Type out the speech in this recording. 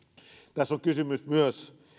tässä on kysymys myös